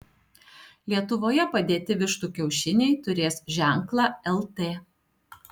lietuvoje padėti vištų kiaušiniai turės ženklą lt